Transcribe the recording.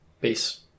Peace